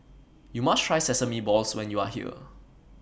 YOU must Try Sesame Balls when YOU Are here